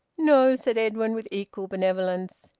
no, said edwin with equal benevolence.